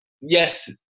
yes